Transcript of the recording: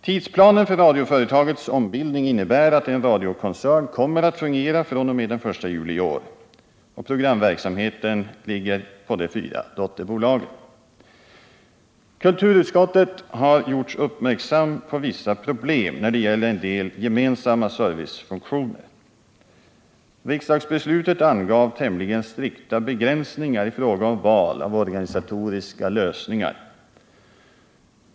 Tidsplanen för radioföretagets ombildning innebär att en radiokoncern kommer att fungera fr.o.m. den 1 juli i år. Programverksamheten ligger på de fyra dotterbolagen. Kulturutskottet har gjorts uppmärksamt på vissa problem när det gäller en del gemensamma servicefunktioner. Riksdagsbeslutet angav tämligen strikta begränsningar i fråga om val av organisatoriska lösningar.